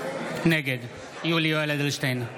נגד יולי יואל אדלשטיין,